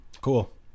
Cool